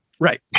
Right